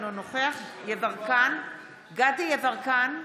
אינו נוכח דסטה גדי יברקן,